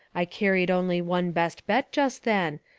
i carried only one best bet just then,